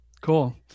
cool